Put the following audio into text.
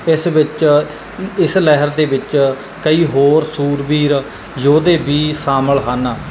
ਇਸ ਵਿੱਚ ਇਸ ਲਹਿਰ ਦੇ ਵਿੱਚ ਕਈ ਹੋਰ ਸੂਰਬੀਰ ਯੋਧੇ ਵੀ ਸ਼ਾਮਿਲ ਹਨ